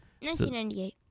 1998